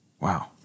Wow